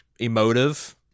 emotive